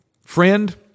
friend